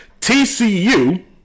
TCU